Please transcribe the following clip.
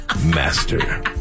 master